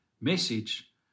message